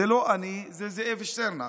זה לא אני, זה זאב שטרנהל.